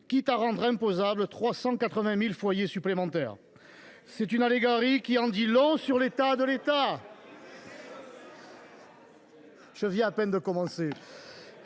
quitte à rendre imposables 380 000 foyers supplémentaires. C’est une allégorie qui en dit long sur l’état de l’État ! La faute à qui ? Qui a censuré